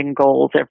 goals